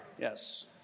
Yes